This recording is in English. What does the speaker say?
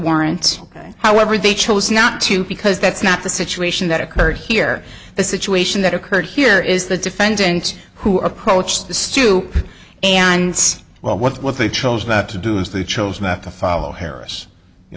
warrant however they chose not to because that's not the situation that occurred here the situation that occurred here is the defendant who approached the stoop and well what they chose not to do is they chose not to follow harris you